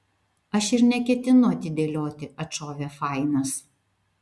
aš ir neketinu atidėlioti atšovė fainas